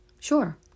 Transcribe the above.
sure